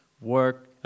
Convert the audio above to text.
work